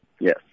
Yes